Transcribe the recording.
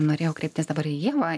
norėjau kreiptis dabar į ievą